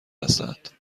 هستند